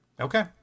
Okay